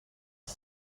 els